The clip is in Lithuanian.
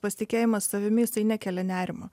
pasitikėjimas savimi jisai nekelia nerimo